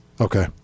Okay